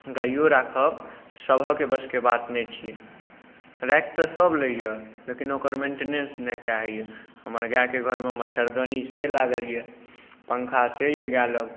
गाइओ राखब सबके वशके बात नहि छी राखि तऽ सब लैए लेकिन ओकर मेन्टेनेन्स नहि कएल होइए हमर गाइके घरमे मच्छरदानी से लागल अइ पंखा से अइ गाइ लग